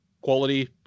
quality